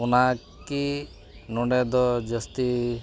ᱚᱱᱟᱠᱤ ᱱᱚᱰᱮᱫᱚ ᱡᱟᱹᱥᱛᱤ